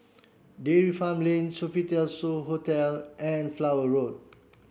Dairy Farm Lane Sofitel So Hotel and Flower Road